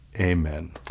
amen